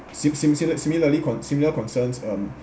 sim~ sim~ simi~ similarly con~ similarly concerns um